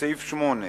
בסעיף 8: